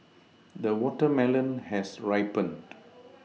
the watermelon has ripened